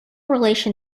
relation